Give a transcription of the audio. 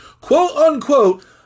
quote-unquote